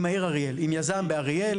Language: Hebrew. עם העיר אריאל, עם יזם באריאל.